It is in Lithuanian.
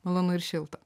malonu ir šilta